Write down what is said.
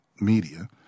media